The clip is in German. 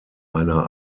einer